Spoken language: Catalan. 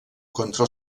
contra